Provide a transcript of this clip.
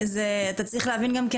אתה צריך להבין גם כן,